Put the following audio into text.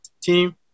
team